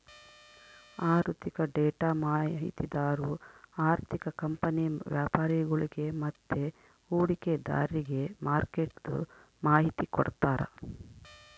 ಆಋಥಿಕ ಡೇಟಾ ಮಾಹಿತಿದಾರು ಆರ್ಥಿಕ ಕಂಪನಿ ವ್ಯಾಪರಿಗುಳ್ಗೆ ಮತ್ತೆ ಹೂಡಿಕೆದಾರ್ರಿಗೆ ಮಾರ್ಕೆಟ್ದು ಮಾಹಿತಿ ಕೊಡ್ತಾರ